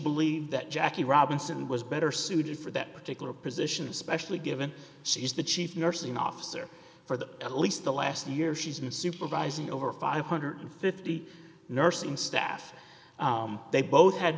believed that jackie robinson was better suited for that particular position especially given she is the chief nursing officer for the at least the last year she's in a supervising over five hundred and fifty nursing staff they both had